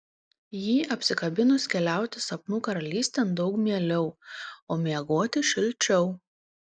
jį apsikabinus keliauti sapnų karalystėn daug mieliau o miegoti šilčiau